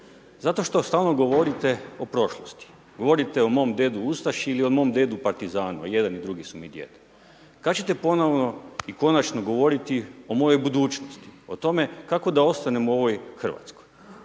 Zato što stalno govorite o prošlosti, govorite o mom dedu ustaši ili mom dedu partizanu, i jedan i drugi su mi djed. Kad ćete ponovno i konačno govoriti o mojoj budućnosti? O tome kako da ostanem u ovoj Hrvatskoj?